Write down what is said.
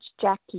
Jackie